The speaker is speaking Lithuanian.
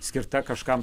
skirta kažkam